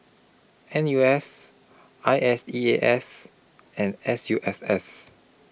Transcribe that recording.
N U S I S E A S and S U S S